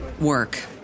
work